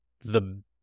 the-